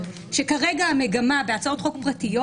שיש להן מנעד ביצוע מאוד-מאוד רחב,